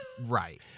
right